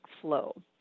flow